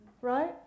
right